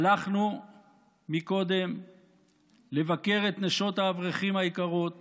הלכנו קודם לבקר את נשות האברכים היקרות